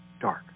dark